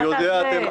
אני יודע.